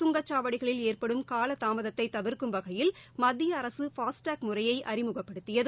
கங்கச் சாவடிகளில் ஏற்படும் காலதாமதத்தை தவிர்க்கும் வகையில் மத்திய அரசு ஃபாஸ்டக் முறையை அறிமுகப்படுத்தியது